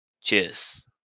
Cheers